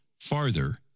farther